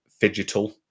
fidgetal